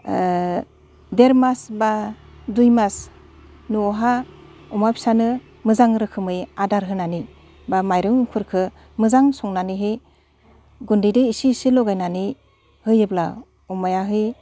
देर मास बा दुइ मास न'आवहा अमा फिसानो मोजां रोखोमै आदार होनानै बा माइरंफोरखो मोजां संनानैहै गुन्दैदो एसे एसे लगायनानै होयोब्ला अमायाहै